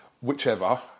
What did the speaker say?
Whichever